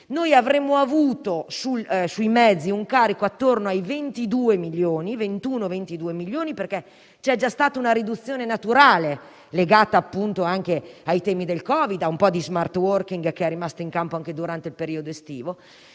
avremmo avuto sui mezzi un carico attorno ai 21 o 22 milioni, perché c'è già stata una riduzione naturale, legata ai temi del Covid e ad un po' di *smart working*, rimasto in campo anche durante il periodo estivo.